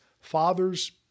fathers